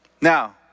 Now